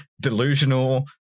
delusional